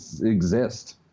exist